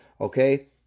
okay